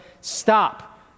stop